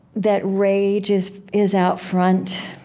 that rage is is out front.